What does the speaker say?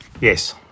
yes